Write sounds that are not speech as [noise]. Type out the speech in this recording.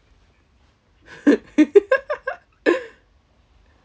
[laughs]